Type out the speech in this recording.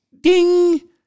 Ding